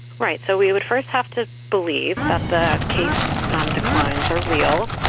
right. so we would first have to believe that the case um declines are real.